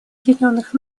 объединенных